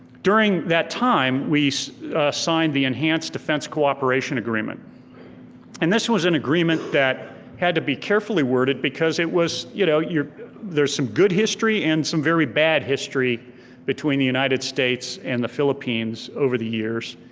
during that time, we so signed the enhanced defense cooperation agreement and this was an agreement that had to be carefully worded because it was, you know, there's some good history, and some very bad history between the united states and the philippines over the years,